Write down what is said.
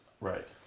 Right